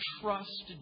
trust